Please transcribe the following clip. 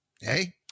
hey